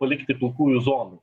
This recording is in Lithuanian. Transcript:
palikti pilkųjų zonų